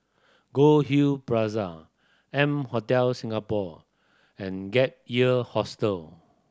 Goldhill Plaza M Hotel Singapore and Gap Year Hostel